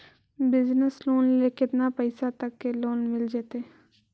Business loan ल केतना पैसा तक के लोन मिल जितै?